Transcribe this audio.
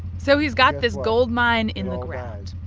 so he's got this gold mine in the ground.